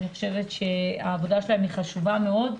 אני חושבת שהעבודה שלהן חשובה מאוד.